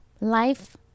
Life